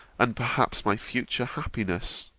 and perhaps my future, happiness